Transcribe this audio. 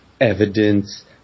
evidence